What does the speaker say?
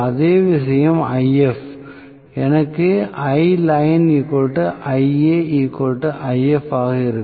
அதே விஷயம் If எனக்கு ஆக இருக்கும்